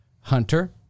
Hunter